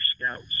scouts